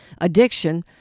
addiction